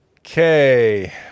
Okay